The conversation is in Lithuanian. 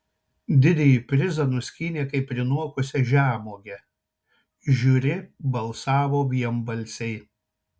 didįjį prizą nuskynė kaip prinokusią žemuogę žiūri balsavo vienbalsiai